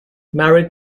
married